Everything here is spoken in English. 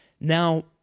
Now